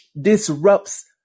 disrupts